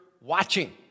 watching